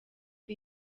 the